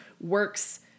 works